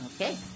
Okay